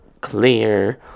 Clear